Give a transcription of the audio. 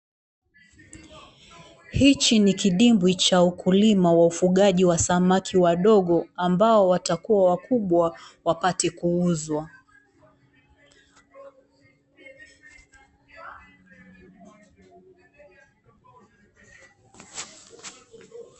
Hichi ni kidimbwi cha ukulima wa ufugaji wa samaki wadogo ambao watakua wakubwa wapate kuuzwa.